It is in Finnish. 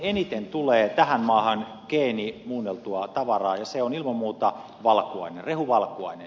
eniten tulee tähän maahan geenimuunneltua tavaraa ilman muuta rehuvalkuaisena